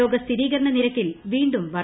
രോഗസ്ഥിരീകരണ നിരക്കിൽ വീണ്ടും വർദ്ധന